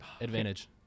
Advantage